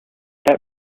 that